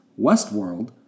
Westworld